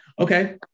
Okay